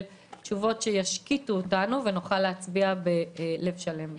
תשובות שישקיטו אותנו ויאפשרו לנו להצביע בלב שלם.